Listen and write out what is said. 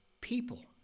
people